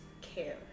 care